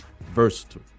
versatile